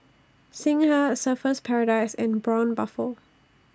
Singha Surfer's Paradise and Braun Buffel